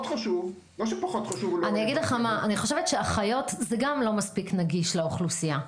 חשוב- -- אחיות זה גם לא מספיק נגיש לאוכלוסייה.